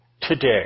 Today